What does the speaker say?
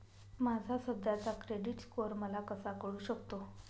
माझा सध्याचा credit score मला कसा कळू शकतो?